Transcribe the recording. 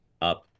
up